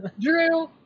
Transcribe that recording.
Drew